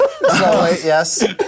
yes